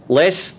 less